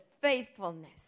faithfulness